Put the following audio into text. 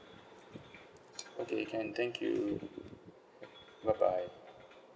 okay can thank you bye bye